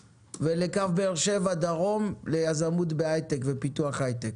ובאר שבע דרומה לטובת יזמות ופיתוח הייטק?